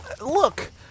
Look